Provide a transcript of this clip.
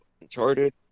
Uncharted